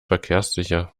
verkehrssicher